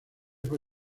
fue